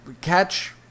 Catch